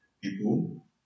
people